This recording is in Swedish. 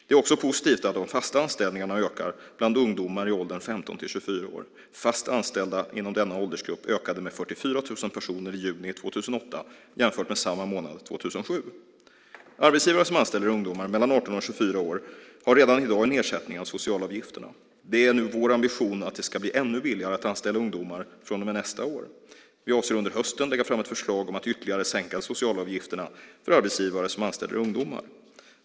Det är också positivt att de fasta anställningarna ökar bland ungdomar i åldern 15-24 år. Fast anställda inom denna åldersgrupp ökade med 44 000 personer i juni 2008 jämfört med samma månad 2007. Arbetsgivare som anställer ungdomar mellan 18 och 24 år har redan i dag en nedsättning av socialavgifterna. Det är nu vår ambition att det ska bli ännu billigare att anställa ungdomar från och med nästa år. Vi avser att under hösten lägga fram ett förslag om att ytterligare sänka socialavgifterna för arbetsgivare som anställer ungdomar.